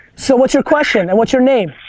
so what's your question and what's your name?